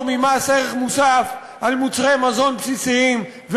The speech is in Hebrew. ממס ערך מוסף על מוצרי מזון בסיסיים,